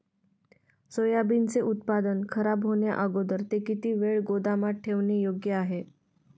सोयाबीनचे उत्पादन खराब होण्याअगोदर ते किती वेळ गोदामात ठेवणे योग्य आहे?